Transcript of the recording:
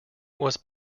was